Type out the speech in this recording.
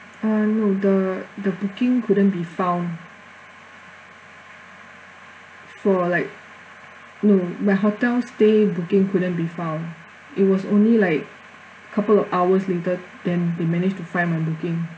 uh no the the booking couldn't be found for like no my hotel stay booking couldn't be found it was only like couple of hours later then they managed to find my booking